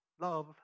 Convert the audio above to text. love